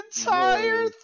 entire